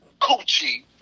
coochie